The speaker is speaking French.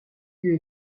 lieux